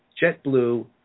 JetBlue